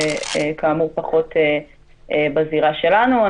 כאמור, זה פחות בזירה שלנו.